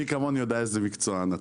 מי כמוני יודע איזה מקצוען אתה.